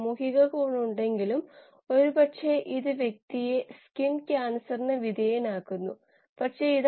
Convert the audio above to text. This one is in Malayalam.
2 ആണെന്ന് കണ്ടെത്തി ഈ രീതി കണക്കാക്കിയതായി നിങ്ങൾക്കറിയാം